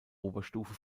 oberstufe